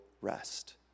rest